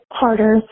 harder